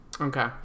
Okay